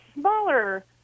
smaller